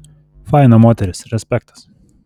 faina moteris respektas